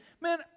man